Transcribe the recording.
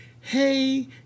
hey –